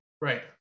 Right